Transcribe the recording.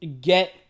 get